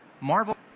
Marvel